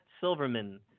Silverman